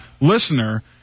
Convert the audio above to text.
listener